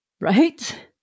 Right